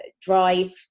drive